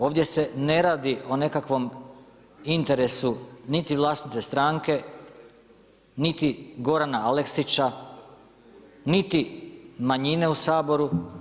Ovdje se ne radi o nekakvom interesu niti vlastite stranke, niti Gorana Aleksića, niti manjine u Saboru.